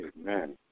Amen